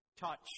Touch